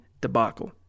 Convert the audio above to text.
debacle